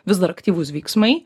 vis dar aktyvūs veiksmai